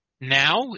now